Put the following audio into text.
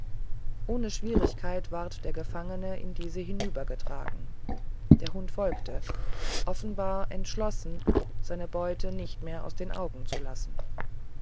ohne schwierigkeit ward der gefangene in diese hinübergetragen der hund folgte offenbar entschlossen seine beute nicht mehr aus den augen zu lassen